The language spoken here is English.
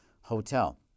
Hotel